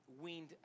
weaned